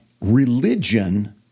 Religion